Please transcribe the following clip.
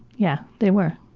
yeah. they were.